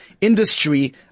industry